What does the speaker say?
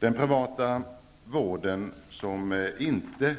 Den privata vårdgivare som inte